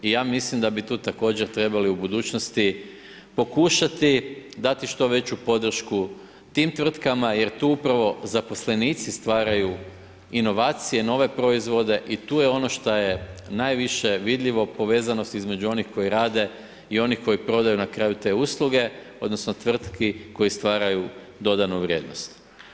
Ja mislim da bi tu također trebali u budućnosti pokušati dati što veću podršku tim tvrtkama, jer tu upravo zaposlenici stvaraju inovacije, nove proizvode i tu je ono šta je najviše vidljivo, povezano između onih koji rade i onih koji prodaju na kraju te usluge, odnosno, tvrtki koje stvaraju dodanu vrijednost.